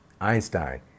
Einstein